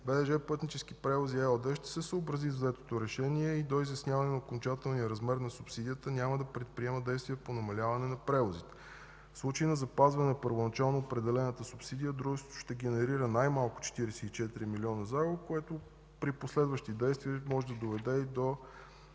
БДЖ „Пътнически превози” ЕООД ще се съобрази с взетото решение и до изясняване на окончателния размер на субсидията няма да предприема действия по намаляване на превозите. В случай на запазване първоначално определената субсидия дружеството ще генерира най-малко 44 милиона загуба, което при последващи действия може да доведе и до